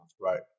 Right